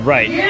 Right